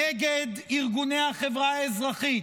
נגד ארגוני החברה האזרחית,